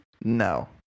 No